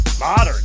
modern